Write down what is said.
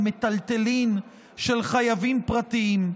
על מיטלטלין של חייבים פרטיים.